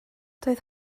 doedd